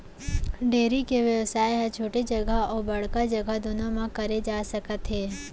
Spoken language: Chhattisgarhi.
डेयरी के बेवसाय ह छोटे जघा अउ बड़का जघा दुनों म करे जा सकत हे